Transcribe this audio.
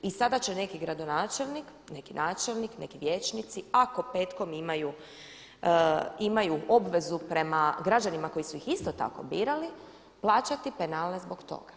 I sada će neki gradonačelnik, neki načelnik, neki vijećnici ako petkom imaju obvezu prema građanima koji su ih isto tako birali plaćati penale zbog toga.